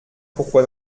pourquoi